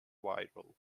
viral